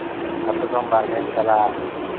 ᱟᱹᱛᱩ ᱠᱷᱚᱱ ᱵᱟᱦᱨᱮᱧ ᱪᱟᱞᱟᱜ